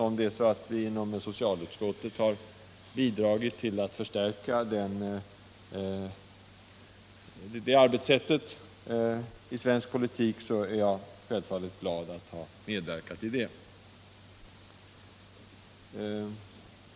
Om vi inom socialutskottet har bidragit till att förstärka det inslaget i svensk politik är jag självfallet glad att ha medverkat till det.